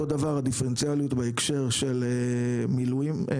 אותו דבר הדיפרנציאליות בהקשר של לוחמים.